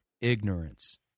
ignorance